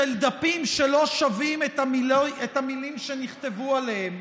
של דפים שלא שווים את המילים שנכתבו עליהם,